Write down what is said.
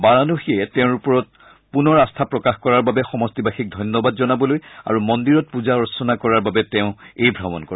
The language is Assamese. বাৰাণসীবাসীয়ে তেওঁৰ ওপৰত পুনৰ আস্থা প্ৰকাশ কৰাৰ বাবে সমষ্টিবাসীক ধন্যবাদ জনাবলৈ আৰু মন্দিৰত পূজা অৰ্চনা কৰাৰ বাবে তেওঁ এই ভ্ৰমণ কৰে